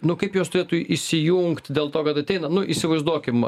nu kaip jos turėtų įsijungt dėl to kad ateina nu įsivaizduokim